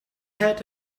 had